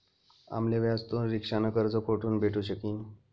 आम्ले व्याजथून रिक्षा न कर्ज कोठून भेटू शकीन